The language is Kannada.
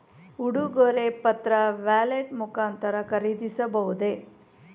ಉಡುಗೊರೆ ಪತ್ರ ವ್ಯಾಲೆಟ್ ಮುಖಾಂತರ ಖರೀದಿಸಬಹುದೇ?